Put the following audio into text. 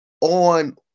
on